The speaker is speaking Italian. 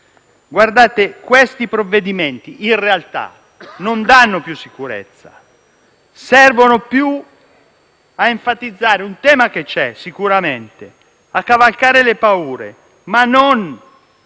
riprodurre. Questi provvedimenti, in realtà, non danno più sicurezza. Servono più ad enfatizzare un tema che sicuramente esiste, a cavalcare le paure ma non